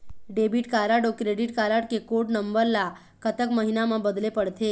Debit card अऊ credit card के code number ला कतक महीना मा बदले पड़थे?